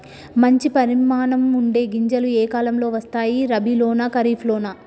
మంచి పరిమాణం ఉండే గింజలు ఏ కాలం లో వస్తాయి? రబీ లోనా? ఖరీఫ్ లోనా?